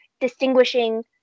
distinguishing